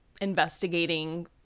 investigating